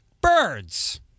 birds